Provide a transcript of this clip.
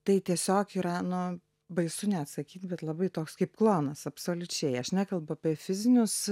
tai tiesiog yra nu baisu net sakyt bet labai toks kaip klonas absoliučiai aš nekalbu apie fizinius